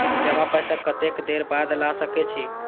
जमा पैसा कतेक देर बाद ला सके छी?